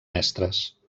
mestres